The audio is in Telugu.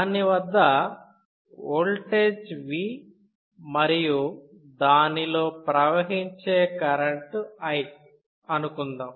దాని వద్ద ఓల్టేజ్ V మరియు దానిలో ప్రవహించే కరెంటు I అనుకుందాం